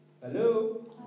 Hello